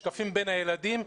שקפים בין הילדים,